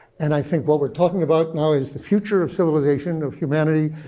and i think what we're talking about now is the future of civilization, of humanity.